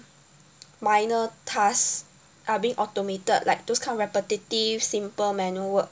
minor tasks are being automated like those kind of repetitive simple manual work